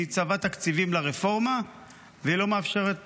היא צבעה תקציבים לרפורמה ולא מאפשרת